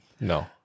no